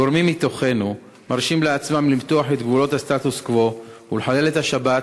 גורמים מתוכנו מרשים לעצמם למתוח את גבולות הסטטוס-קוו ולחלל את השבת